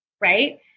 right